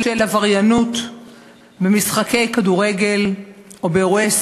עבריינות במשחקי כדורגל או באירועי ספורט.